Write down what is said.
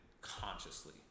consciously